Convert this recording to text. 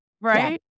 right